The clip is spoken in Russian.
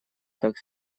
так